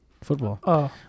football